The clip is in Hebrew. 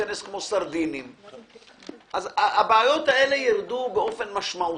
להיכנס כמו סרדינים אז הבעיות האלה ירדו באופן משמעותי.